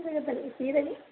சீரகத்தண்ணி